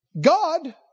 God